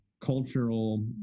cultural